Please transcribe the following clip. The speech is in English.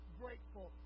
grateful